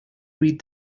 read